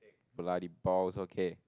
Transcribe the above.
bloody balls okay